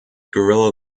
guerilla